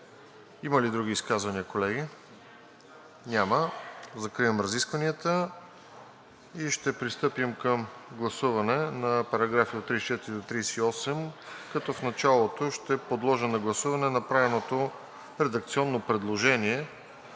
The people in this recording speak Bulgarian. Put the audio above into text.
Има ли други изказвания, колеги? Няма. Закривам разискванията. Пристъпваме към гласуване на параграфи от 34 до 38, като в началото ще подложа на гласуване направеното редакционно предложение